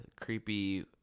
creepy